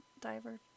diver